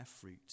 fruit